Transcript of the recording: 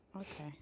Okay